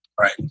Right